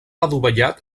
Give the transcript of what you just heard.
adovellat